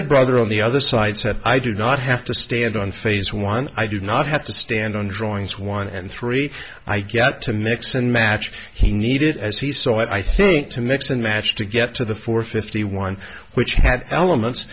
learned brother on the other side said i do not have to stand on phase one i do not have to stand on drawings one and three i get to mix and match he needed as he so i think to mix and match to get to the four fifty one which had elements